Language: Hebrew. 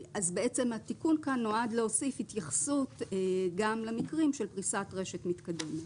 התיקון כאן נועד להוסיף התייחסות גם למקרים של פריסת רשת מתקדמת.